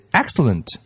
excellent